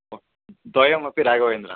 हो द्वयमपि राघवेन्द्रः